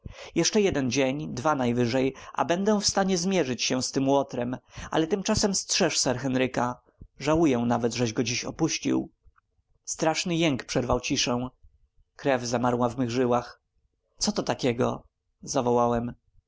jeszcze jeden dzień dwa najwyżej a będę w stanie zmierzyć się z tym łotrem ale tymczasem strzeż sir henryka żałuję nawet żeś go dziś opuścił straszny jęk przerwał ciszę krew zamarła w mych żyłach co to takiego zawołałem